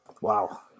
Wow